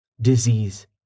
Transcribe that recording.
disease